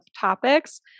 topics